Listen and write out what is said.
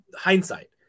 hindsight